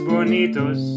Bonitos